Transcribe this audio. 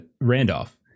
Randolph